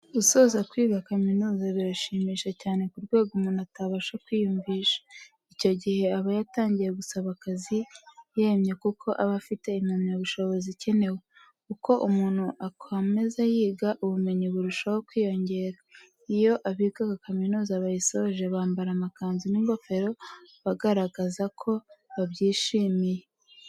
Gusoza kwiga kaminuza birashimisha cyane ku rwego umuntu atabasha kwiyumvisha. Icyo gihe aba yatangira gusaba akazi yemye kuko aba afite impamyabushobozi ikenewe. Uko umuntu akomeza yiga, ubumenyi burushaho kwiyongera. Iyo abigaga kaminuza bayisoje, bambara amakanzu n'ingofero bagaragaza ko babyishimiye.